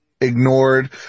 Ignored